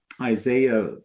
Isaiah